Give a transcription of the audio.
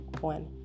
One